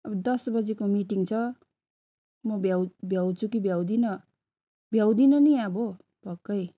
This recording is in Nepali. अब दस बजीको मिटिङ छ म भ्याउ भ्याउँछु कि भ्याउदिनँ भ्याउदिनँ नि अब पक्कै